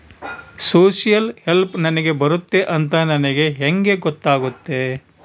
Social help ನನಗೆ ಬರುತ್ತೆ ಅಂತ ನನಗೆ ಹೆಂಗ ಗೊತ್ತಾಗುತ್ತೆ?